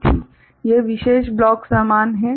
यह विशेष ब्लॉक समान है